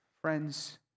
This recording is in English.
Friends